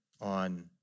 on